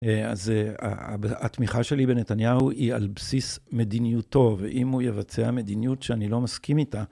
אז התמיכה שלי בנתניהו היא על בסיס מדיניותו, ואם הוא יבצע מדיניות שאני לא מסכים איתה...